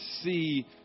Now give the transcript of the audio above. see